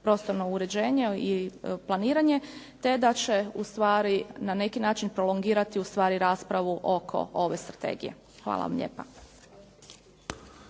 prostorno uređenje i planiranje te da će ustvari na neki način prolongirati ustvari raspravu oko ove strategije. Hvala vam lijepa.